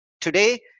Today